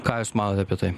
ką jūs manot apie tai